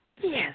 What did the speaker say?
yes